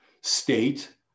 state